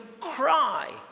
cry